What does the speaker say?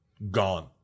Gone